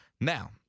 Now